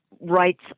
rights